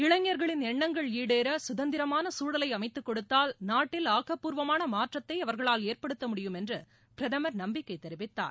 இளைஞர்களின் எண்ணங்கள் ஈடேற சுதந்திரமான சூழலை அமைத்துக் கொடுத்தால் நாட்டில் ஆக்கப்பூர்வமான மாற்றத்தை அவர்களால் ஏற்படுத்த முடியும் என்று பிரதமர் நம்பிக்கை தெரிவித்தார்